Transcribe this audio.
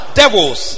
devils